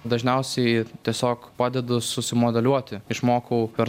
dažniausiai tiesiog padedu su sumodeliuoti išmokau per